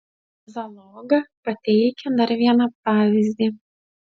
zaloga pateikia dar vieną pavyzdį